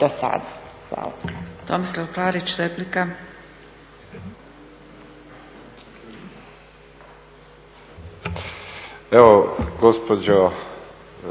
Hvala vam.